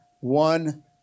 one